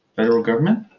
federal government.